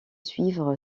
suivre